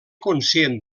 conscient